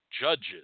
judges